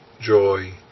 joy